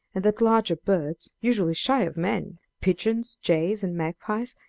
and that larger birds, usually shy of men pigeons, jays, and magpies,